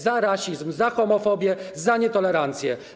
Za rasizm, za homofobię, za nietolerancję.